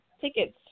tickets